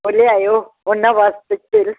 ਉਹ ਲੈ ਆਇਓ ਉਨ੍ਹਾਂ ਵਾਸਤੇ ਕੇਲੇ